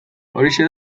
horixe